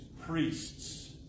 priests